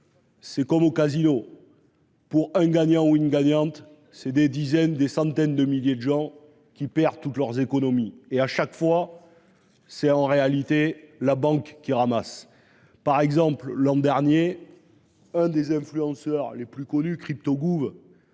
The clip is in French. C'est comme au casino. Pour un gagnant ou une gagnante, c'est des dizaines, des centaines de milliers de gens qui perd toutes leurs économies, et à chaque fois. C'est en réalité la banque qui ramasse par exemple l'an dernier. Hein des influenceurs les plus connues crypto gouv.